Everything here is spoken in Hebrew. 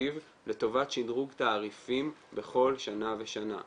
התקציב לטובת שדרוג תעריפים בכל שנה ושנה.